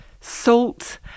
salt